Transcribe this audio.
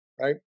right